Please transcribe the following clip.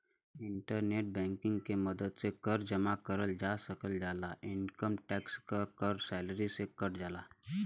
internet banking के मदद से कर जमा करल जा सकल जाला इनकम टैक्स क कर सैलरी के साथ कट जाला